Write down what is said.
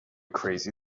crazy